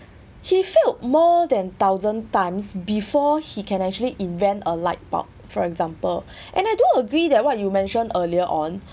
he failed more than thousand times before he can actually invent a light bulb for example and I don't agree that what you mentioned earlier on